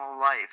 life